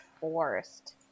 forced